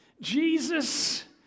Jesus